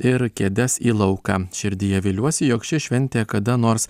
ir kėdes į lauką širdyje viliuosi jog ši šventė kada nors